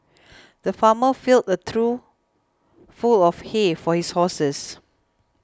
the farmer filled a trough full of hay for his horses